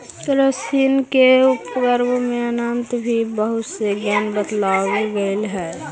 crustacean के उपवर्गों के अन्तर्गत भी बहुत से गण बतलावल गेलइ हे